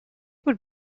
would